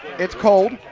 it's cold.